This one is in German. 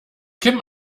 kim